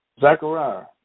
Zechariah